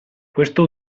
questo